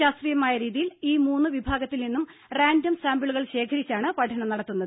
ശാസ്ത്രീയമായ രീതിയിൽ ഈ മൂന്ന് വിഭാഗത്തിൽ നിന്നും റാൻഡം സാമ്പിളുകൾ ശേഖരിച്ചാണ് പഠനം നടത്തുന്നത്